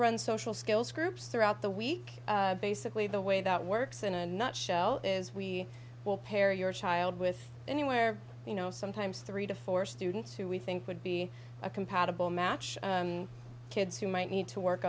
run social skills groups throughout the week basically the way that works in a nutshell is we will pair your child with anywhere you know sometimes three to four students who we think would be a compatible match kids who might need to work